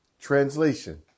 Translation